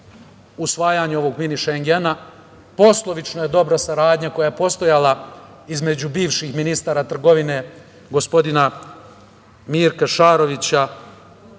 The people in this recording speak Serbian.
usvajanju ovog mini Šengena. Poslovično je dobra saradnja koja je postojala između bivših ministara trgovine gospodina, Mirka Šarovića